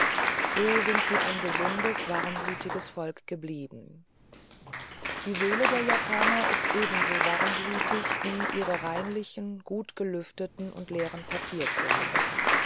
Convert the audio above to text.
so sind sie ein gesundes warmblütiges volk geblieben die seele der japaner ist ebenso warmblütig wie ihre reinlichen gutgelüfteten und leeren